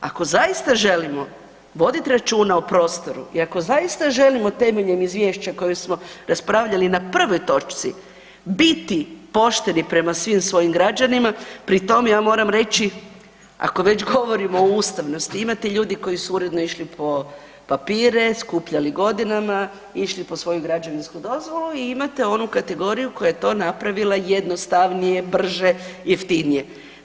Ako zaista želimo vodit računa o prostoru i ako zaista želimo temeljem izvješća koje smo raspravljali na prvoj točci biti pošteni prema svim svojim građanima pri tom ja moram reći ako već govorimo o ustavnosti imate ljudi koji su uredno išli po papire, skupljali godinama, išli po svoju građevinsku dozvolu i imate onu kategoriju koja je to napravila jednostavnije, brže, jeftinije.